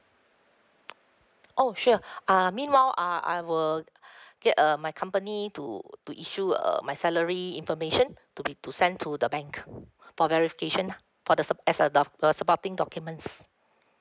oh sure ah meanwhile ah I will get uh my company to to issue err my salary information to be to send to the bank for verification lah for the sup~ as a doc~ the supporting documents